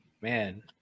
man